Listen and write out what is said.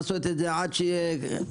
להסכם לא לעשות את זה כך שזה יהיה פתוח,